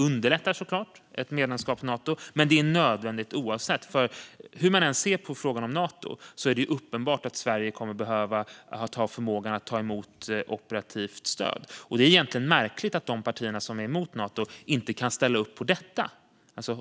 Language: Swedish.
Det underlättar såklart ett medlemskap i Nato, men det är nödvändigt i vilket fall som helst. Hur man än ser på frågan om Nato är det uppenbart att Sverige behöver ha förmågan att ta emot operativt stöd. Det är egentligen märkligt att de partier som är emot Nato inte kan ställa upp på detta.